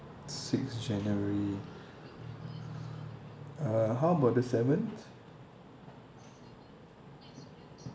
six january uh how about the seventh